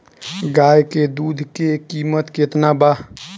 गाय के दूध के कीमत केतना बा?